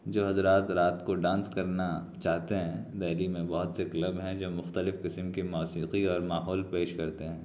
جو حضرات رات کو ڈانس کرنا چاہتے ہیں دہلی میں بہت سے کلب ہیں جو مختلف قسم کے موسیقی اور ماحول پیش کرتے ہیں